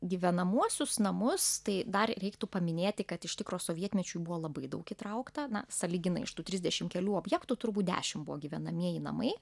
gyvenamuosius namus tai dar reiktų paminėti kad iš tikro sovietmečiu buvo labai daug įtraukta na sąlyginai iš tų trisdešim kelių objektų turbūt dešim buvo gyvenamieji namai